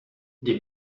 die